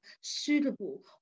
suitable